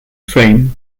frame